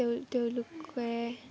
তেওঁ তেওঁলোকে